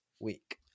week